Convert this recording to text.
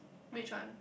which one